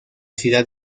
ciudad